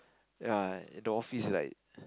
ya in the office like